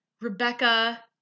Rebecca